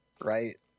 right